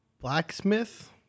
blacksmith